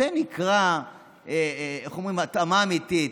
זה נקרא התאמה אמיתית.